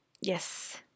yes